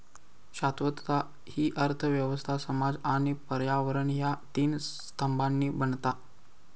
शाश्वतता हि अर्थ व्यवस्था, समाज आणि पर्यावरण ह्या तीन स्तंभांनी बनता